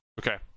Okay